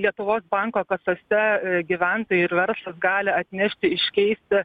lietuvos banko kasose gyventojai ir verslas gali atnešti iškeisti